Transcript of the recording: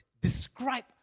describe